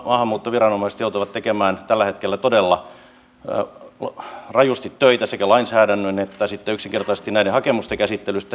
maahanmuuttoviranomaiset joutuvat tekemään tällä hetkellä todella rajusti töitä sekä lainsäädännön että sitten yksinkertaisesti näiden hakemusten käsittelyssä